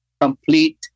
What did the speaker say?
complete